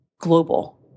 global